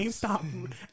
GameStop